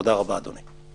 תודה רבה, אדוני.